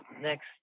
next